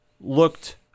looked